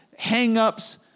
hangups